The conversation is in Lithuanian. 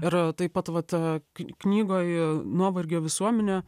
ir taip pat vat kn knygoj nuovargio visuomenė